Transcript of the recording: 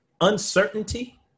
uncertainty